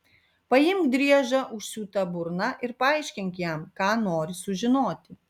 paimk driežą užsiūta burna ir paaiškink jam ką nori sužinoti